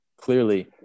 clearly